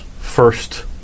first